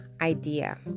idea